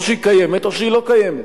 או שהיא קיימת או שהיא לא קיימת.